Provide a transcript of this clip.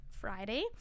Friday